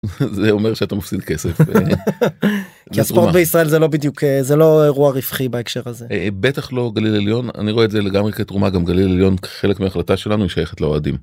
זה אומר שאתה מפסיד כסף. כי הספורט בישראל זה לא בדיוק, זה לא אירוע רווחי בהקשר הזה, בטח לא גליל עליון. אני רואה את זה לגמרי כתרומה. גם גליל עליון כחלק מההחלטה שלנו היא שייכת לאוהדים.